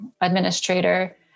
administrator